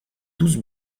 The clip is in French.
douze